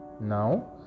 Now